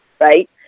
right